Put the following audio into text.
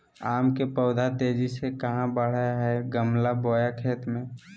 आम के पौधा तेजी से कहा बढ़य हैय गमला बोया खेत मे?